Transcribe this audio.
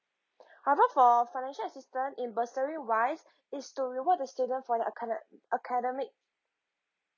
however for financial assistance in bursary wise it's to reward the student for their acade~ academic